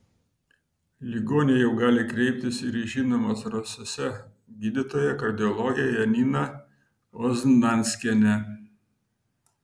ligoniai jau gali kreiptis ir į žinomą zarasuose gydytoją kardiologę janina oznanskienę